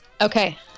Okay